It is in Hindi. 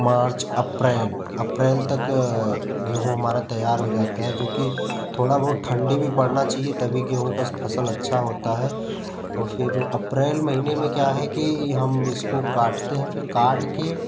मार्च अप्रैल अप्रैल तक गेहूँ हमारा तैयार हो जाता है जोकि थोड़ा बहुत ठंडी भी पड़ना चाहिए तभी गेहूँ का फसल अच्छा होता है और फिर अप्रैल महीने में क्या है कि हम इसको काटते हैं फिर काट के